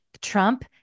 Trump